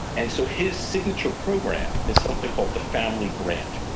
and so his signature program is something called the family grant,